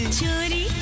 chori